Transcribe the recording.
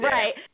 Right